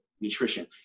nutrition